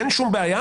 אין שום בעיה.